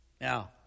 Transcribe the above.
Now